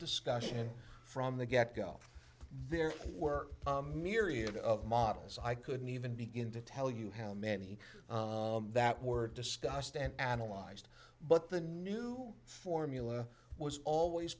discussion from the get go there were myriad of models i couldn't even begin to tell you how many that were discussed and analyzed but the new formula was always